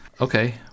okay